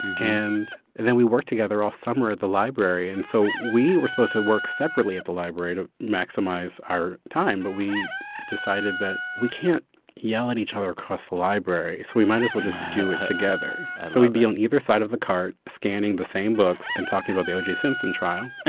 and then we worked together all summer at the library. and so we were supposed to work separately at the library to maximize our time, but we decided that we can't yell at each other across the library, so we might as well just do it together i love it so we'd be on either side of the cart, scanning the same books and talking about the o j. simpson trial.